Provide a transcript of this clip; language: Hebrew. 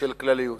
של כלליות.